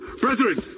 Brethren